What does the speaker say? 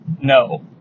no